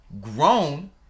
grown